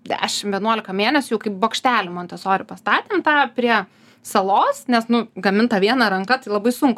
dešim vienuolika mėnesių jau kai bokštelį montesori pastatėm tą prie salos nes nu gamint ta viena ranka tai labai sunku